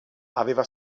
aveva